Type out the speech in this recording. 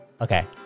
Okay